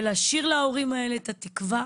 ולהשאיר להורים האלה את התקווה